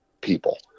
people